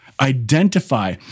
identify